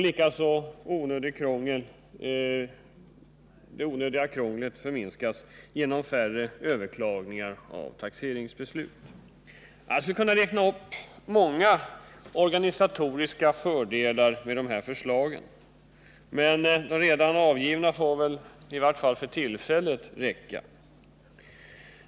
Likaså minskar det onödiga krånglet genom färre överklagningar av taxeringsbeslut. Jag skulle kunna räkna upp många organisatoriska fördelar med de här förslagen, men det jag redan tagit upp får i vart fall för tillfället räcka.